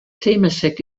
temasek